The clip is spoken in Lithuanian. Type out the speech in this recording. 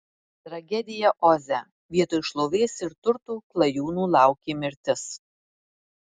tragedija oze vietoj šlovės ir turtų klajūnų laukė mirtis